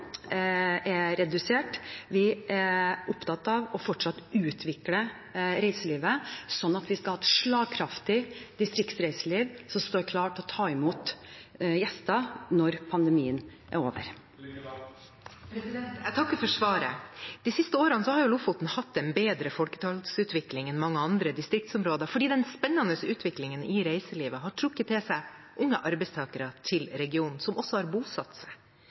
redusert. Vi er opptatt av fortsatt å utvikle reiselivet sånn at vi skal ha et slagkraftig distriktsreiseliv som står klart til å ta imot gjester når pandemien er over. Jeg takker for svaret. De siste årene har Lofoten hatt en bedre folketallsutvikling enn mange andre distriktsområder, fordi den spennende utviklingen i reiselivet har trukket til seg unge arbeidstakere, som også har bosatt seg